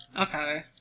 Okay